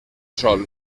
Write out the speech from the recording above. sol